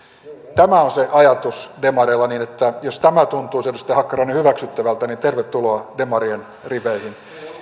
tämä on se ajatus demareilla niin että jos tämä tuntuisi edustaja hakkarainen hyväksyttävältä niin tervetuloa demarien riveihin